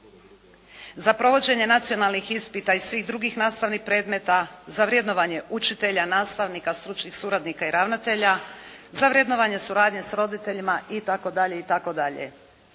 Za provođenje nacionalnih ispita iz svih drugih nastavnih predmeta za vrednovanje učitelja, nastavnika, stručnih suradnika i ravnatelja, za vrednovanje suradnje s roditeljima itd.